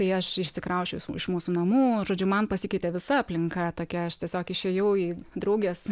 tai aš išsikrausčiau iš iš mūsų namų žodžiu man pasikeitė visa aplinka tokia aš tiesiog išėjau į draugės